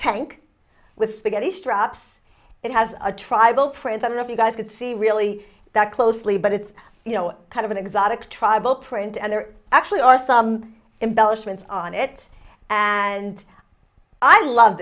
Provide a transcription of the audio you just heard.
tank with spaghetti straps it has a tribal president if you guys could see really that closely but it's you know kind of an exotic tribal print and there actually are some embellishments on it and i love